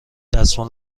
دستمال